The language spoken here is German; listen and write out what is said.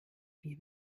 wie